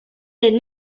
denn